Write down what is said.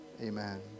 Amen